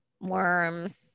worms